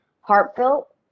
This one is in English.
heartfelt